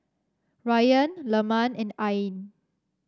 Ryan Leman and Ain